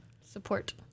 Support